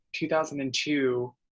2002